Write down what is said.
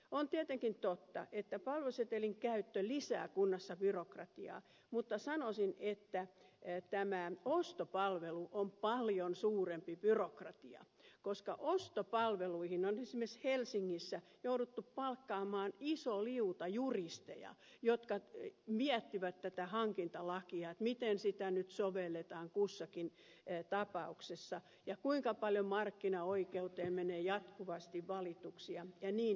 on tietenkin totta että palvelusetelin käyttö lisää kunnassa byrokratiaa mutta sanoisin että tämä ostopalvelu on paljon suurempi byrokratia koska ostopalveluihin on esimerkiksi helsingissä jouduttu palkkaamaan iso liuta juristeja jotka miettivät tätä hankintalakia miten sitä nyt sovelletaan kussakin tapauksessa ja kuinka paljon markkinaoikeuteen menee jatkuvasti valituksia jnp